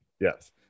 Yes